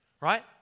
Right